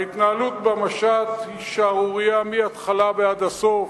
ההתנהלות במשט היא שערורייה מההתחלה ועד הסוף.